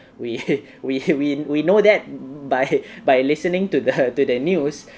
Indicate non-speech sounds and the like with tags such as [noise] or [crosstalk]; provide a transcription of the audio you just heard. we [laughs] we we know that by [laughs] by listening to the [laughs] to the news